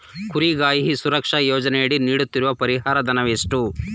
ಕುರಿಗಾಹಿ ಸುರಕ್ಷಾ ಯೋಜನೆಯಡಿ ನೀಡುತ್ತಿರುವ ಪರಿಹಾರ ಧನ ಎಷ್ಟು?